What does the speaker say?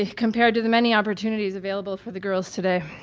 ah compared to the many opportunities available for the girls today.